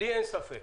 אין לי ספק